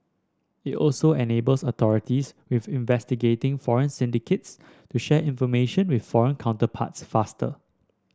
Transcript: it also enables authorities with investigating foreign syndicates to share information with foreign counterparts faster